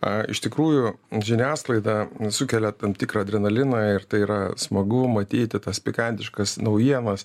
ar iš tikrųjų žiniasklaida sukelia tam tikrą adrenaliną ir tai yra smagu matyti tas pikantiškas naujienas